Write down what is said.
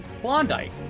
klondike